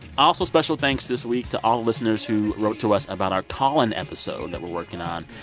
also, special thanks, this week, to all listeners who wrote to us about our call-in episode that we're working on.